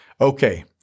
Okay